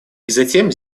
затем